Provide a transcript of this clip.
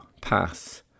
pass